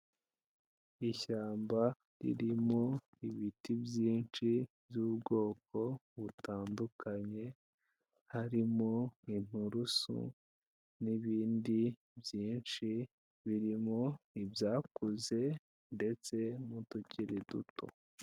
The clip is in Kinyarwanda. Ishyamba ririmo ibiti byinshi, by'ubwoko butandukanye, harimo inturusu, n'ibindi byinshi, birimo ibyakuze, ndetse n'utukiri duto.